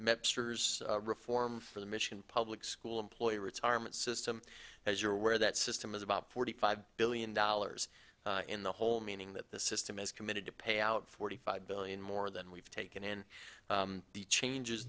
pass the reform for the mission public school employee retirement system as you're aware that system is about forty five billion dollars in the hole meaning that the system is committed to pay out forty five billion more than we've taken and the changes